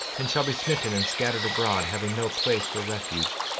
and shall be smitten and scattered abroad, having no place for refuge,